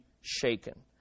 shaken